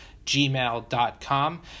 gmail.com